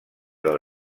del